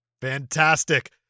Fantastic